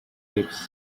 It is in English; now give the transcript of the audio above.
lips